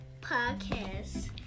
Podcast